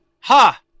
Ha